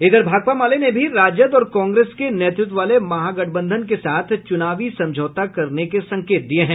इधर भाकपा माले ने भी राजद और कांग्रेस के नेतृत्व वाले महागठबंधन के साथ चुनावी समझौता करने के संकेत दिये हैं